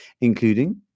Including